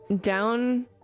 down